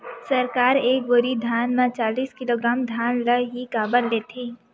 सरकार एक बोरी धान म चालीस किलोग्राम धान ल ही काबर लेथे?